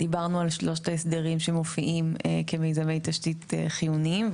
דיברנו על שלושת ההסדרים שמופיעים כמיזמי תשתית חיוניים,